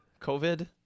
COVID